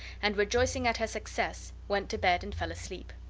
and, rejoicing at her success, went to bed and fell asleep.